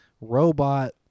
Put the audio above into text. robot